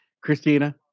Christina